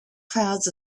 clouds